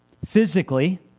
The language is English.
Physically